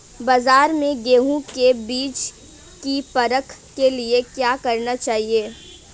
बाज़ार में गेहूँ के बीज की परख के लिए क्या करना चाहिए?